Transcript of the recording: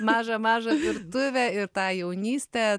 mažą mažą virtuvę ir tą jaunystę